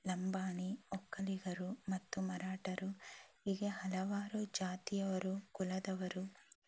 ಲಂಬಾಣಿ ಒಕ್ಕಲಿಗರು ಮತ್ತು ಮರಾಠರು ಹೀಗೆ ಹಲವಾರು ಜಾತಿಯವರು ಕುಲದವರು